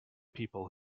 people